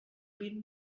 vint